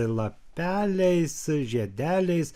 lapeliais žiedeliais